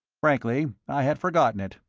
frankly, i had forgotten it.